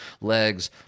legs